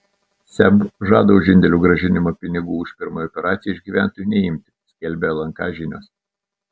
seb žada už indėlių grąžinimą pinigų už pirmąją operaciją iš gyventojų neimti skelbia lnk žinios